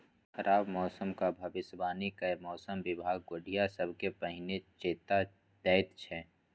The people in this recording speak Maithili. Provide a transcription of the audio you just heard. खराब मौसमक भबिसबाणी कए मौसम बिभाग गोढ़िया सबकेँ पहिने चेता दैत छै